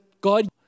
God